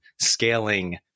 scaling